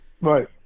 right